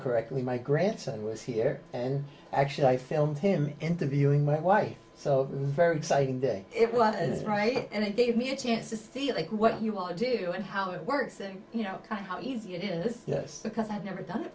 correctly my grandson was here and actually i filmed him interviewing my wife so very exciting day it was right and it gave me a chance to see it like what you want to do and how it works and you know how easy it is because i've never done it